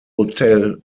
hotel